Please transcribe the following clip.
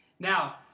Now